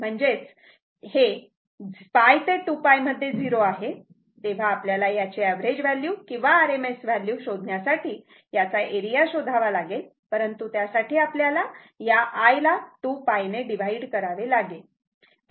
म्हणजेच हे π ते 2 π मध्ये 0 आहे तेव्हा आपल्याला याची अवरेज व्हॅल्यू किंवा RMS व्हॅल्यू शोधण्यासाठी याचा एरिया शोधावा लागेल परंतु त्यासाठी आपल्याला या i ला 2 π ने डिव्हाइड करावे लागेल